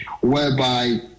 whereby